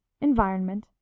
environment